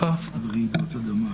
קודם כול, לגבי הזכות להיוועץ.